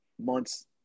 months